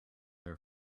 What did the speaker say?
her